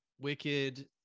wicked